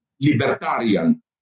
libertarian